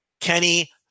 Kenny